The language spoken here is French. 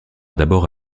d’abord